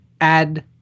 Add